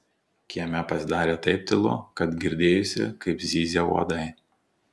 kieme pasidarė taip tylu kad girdėjosi kaip zyzia uodai